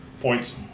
points